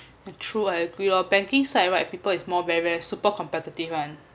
true I agree oh banking side right people is more very very super competitive [one]